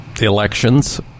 elections